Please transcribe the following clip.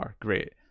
great